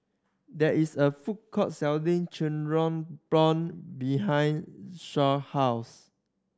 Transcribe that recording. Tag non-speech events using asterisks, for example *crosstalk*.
there is a food court selling *unintelligible* prawn behind *unintelligible* house